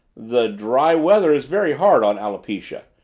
the dry weather is very hard on alopecia,